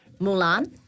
Mulan